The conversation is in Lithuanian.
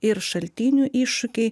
ir šaltinių iššūkiai